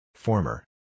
Former